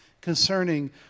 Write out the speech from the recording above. concerning